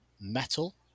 metal